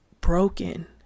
broken